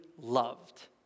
loved